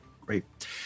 Great